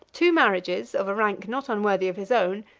two marriages, of a rank not unworthy of his own,